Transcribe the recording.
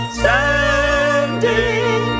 standing